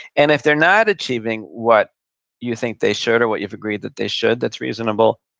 and if they're not achieving what you think they should, or what you've agreed that they should that's reasonable,